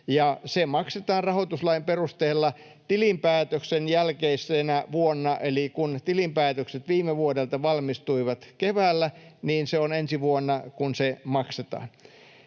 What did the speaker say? Se maksetaan rahoituslain perusteella tilinpäätöksen jälkeisenä vuonna, eli kun tilinpäätökset viime vuodelta valmistuivat keväällä, niin se on ensi vuonna, kun se maksetaan.